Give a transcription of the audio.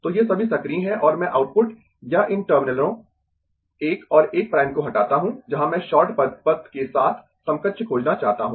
तो ये सभी सक्रिय है और मैं आउटपुट या इन टर्मिनलों 1 और 1 प्राइम को हटाता हूं जहां मैं शॉर्ट परिपथ के साथ समकक्ष खोजना चाहता हूं